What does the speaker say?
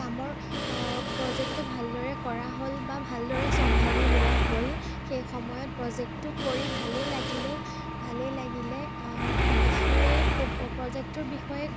কামৰ প্ৰজেক্টটো ভালদৰে কৰা হ'ল বা ভালদৰে চম্ভালি লোৱা হ'ল সেই সময়ত প্ৰজেক্টটো কৰি ভালেই লাগিলে ভালেই লাগিলে বিষয়ে ক'ব প্ৰজেক্টটোৰ বিষয়ে